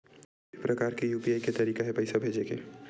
के प्रकार के यू.पी.आई के तरीका हे पईसा भेजे के?